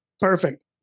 Perfect